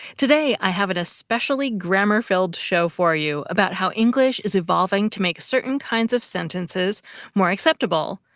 today, i have an especially grammar-filled show for you about how english is evolving to make certain kinds of sentences more acceptable.